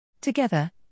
Together